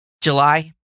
July